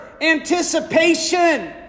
anticipation